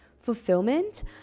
fulfillment